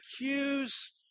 accuse